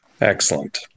excellent